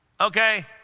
Okay